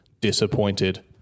disappointed